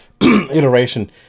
iteration